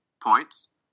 points